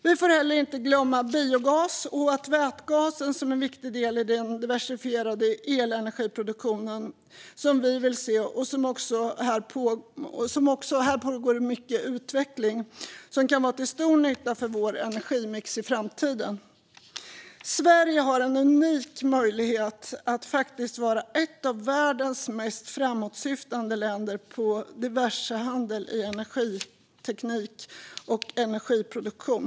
Vi får inte heller glömma biogas och vätgas som en viktig del i den diversifierade elenergiproduktionen som vi vill se. Också här pågår mycket utveckling som kan vara till stor nytta för vår energimix i framtiden. Sverige har en unik möjlighet att faktiskt vara ett av världens mest framåtsyftande länder på diversehandel i energiteknik och energiproduktion.